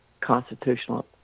constitutional